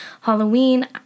halloween